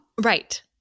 Right